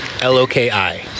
l-o-k-i